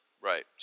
Right